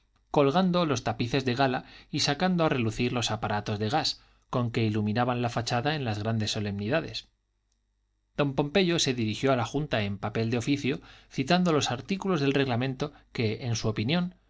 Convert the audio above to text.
colgando los tapices de gala y sacando a relucir los aparatos de gas con que iluminaban la fachada en las grandes solemnidades don pompeyo se dirigió a la junta en papel de oficio citando los artículos del reglamento que en su opinión